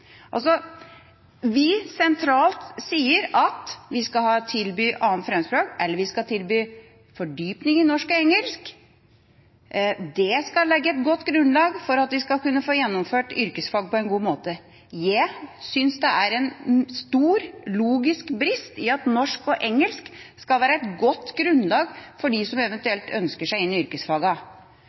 Sentralt sier vi at vi skal tilby et 2. fremmedspråk, eller vi skal tilby fordypning i norsk og engelsk. Det skal legge et godt grunnlag for å få gjennomført yrkesfag på en god måte. Jeg synes det er en stor logisk brist i at norsk og engelsk skal være et godt grunnlag for dem som eventuelt ønsker seg inn i